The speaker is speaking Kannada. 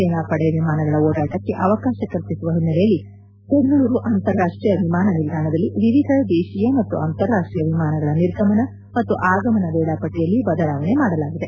ಸೇನಾಪಡೆ ವಿಮಾನಗಳ ಓಡಾಟಕ್ಕೆ ಅವಕಾಶ ಕಲ್ಪಿಸುವ ಹಿನ್ನೆಲೆಯಲ್ಲಿ ಬೆಂಗಳೂರು ಅಂತಾರಾಷ್ಟೀಯ ವಿಮಾನ ನಿಲ್ದಾಣದಲ್ಲಿ ವಿವಿಧ ದೇಶೀಯ ಮತ್ತು ಅಂತಾರಾಷ್ಟೀಯ ವಿಮಾನಗಳ ನಿರ್ಗಮನ ಮತ್ತು ಆಗಮನ ವೇಳಾಪಟ್ಟಿಯಲ್ಲಿ ಬದಲಾವಣೆ ಮಾಡಲಾಗಿದೆ